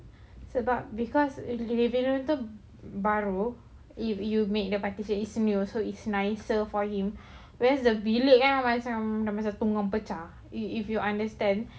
sebab because living room itu baru if you make dekat tu also so it's nicer for him whereas the bilik kan macam dah tunggang pecah if you understand